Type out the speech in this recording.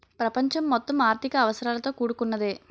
ప్రపంచం మొత్తం ఆర్థిక అవసరాలతో కూడుకున్నదే